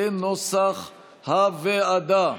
כנוסח הוועדה.